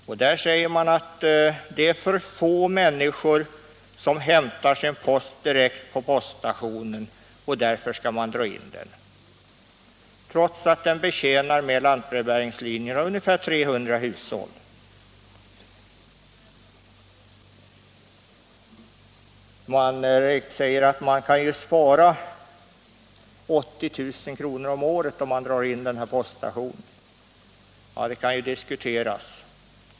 Här säger man att det är för få människor som hämtar sin post direkt på postanstalten. Därför måste man dra in den, trots att den med lantbrevbäringslinjerna betjänar ungefär 300 hushåll. Man säger att man kan spara 80 000 kr. om året, om man drar in poststationen. Ja, det kan ju diskuteras.